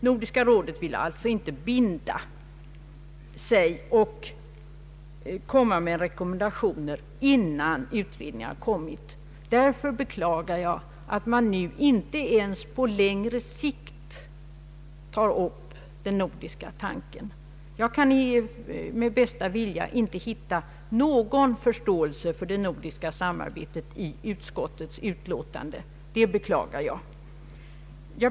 Nordiska rådet ville inte binda sig och komma med rekommendationer innan utredningarna blir färdiga. Därför beklagar jag att man nu inte ens på längre sikt tar upp den nordiska tanken. Jag kan med bästa vilja inte hitta någon verklig förståelse för det nordiska samarbetet i utskottets utlåtande. Det beklagar jag.